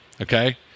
okay